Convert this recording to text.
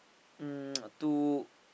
um to